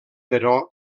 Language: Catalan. però